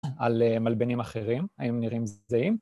על מלבנים אחרים, האם נראים זהים?